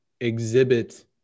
exhibit